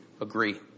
agree